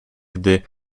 gdy